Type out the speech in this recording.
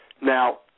Now